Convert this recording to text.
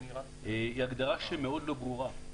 היא הגדרה שהיא מאוד לא ברורה.